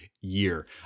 year